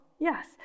Yes